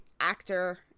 actor